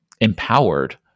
empowered